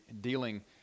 Dealing